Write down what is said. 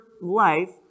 life